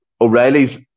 O'Reilly's